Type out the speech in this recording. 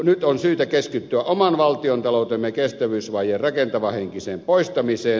nyt on syytä keskittyä oman valtiontaloutemme kestävyysvajeen rakentavahenkiseen poistamiseen